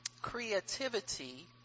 Creativity